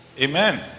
Amen